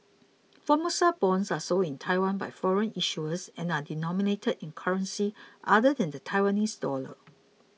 Formosa bonds are sold in Taiwan by foreign issuers and are denominated in currencies other than the Taiwanese dollar